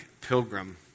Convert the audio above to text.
Pilgrim